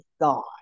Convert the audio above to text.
God